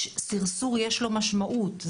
שסרסור יש לו משמעות,